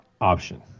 option